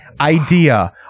idea